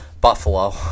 Buffalo